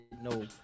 no